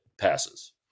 passes